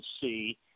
see –